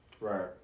Right